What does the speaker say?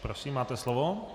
Prosím, máte slovo.